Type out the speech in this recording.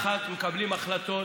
לחץ, מקבלים החלטות.